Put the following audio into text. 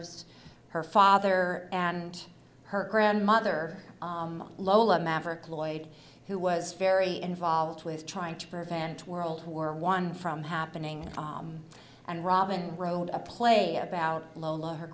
as her father and her grandmother lola maverick lloyd who was very involved with trying to prevent world war one from happening and robin wrote a play about lolo her